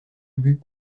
ubu